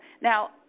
Now